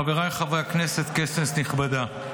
חבריי חברי הכנסת, כנסת נכבדה,